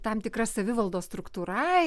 tam tikra savivaldos struktūra